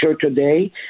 today